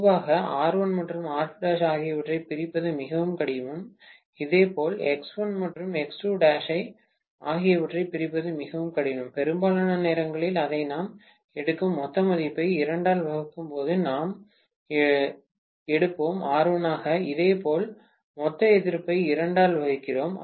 பொதுவாக R 1 மற்றும் R2' ஆகியவற்றைப் பிரிப்பது மிகவும் கடினம் இதேபோல் X1 மற்றும் X2' எக்ஸ் ஆகியவற்றைப் பிரிப்பது மிகவும் கடினம் பெரும்பாலான நேரங்களில் அதை நாம் எடுக்கும் மொத்த எதிர்ப்பை 2 ஆல் வகுக்கும்போது நாம் எடுப்போம் R1 ஆக இதேபோல் மொத்த எதிர்ப்பை 2 ஆல் வகுக்கிறோம்